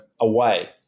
away